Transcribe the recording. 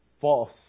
false